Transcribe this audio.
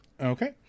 Okay